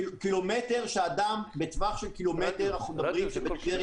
אנחנו מדברים על כך טווח של קילומטר בטבריה.